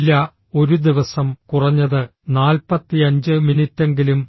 ഇല്ല ഒരു ദിവസം കുറഞ്ഞത് 45 മിനിറ്റെങ്കിലും